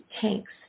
tanks